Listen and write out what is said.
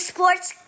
Sports